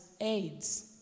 AIDS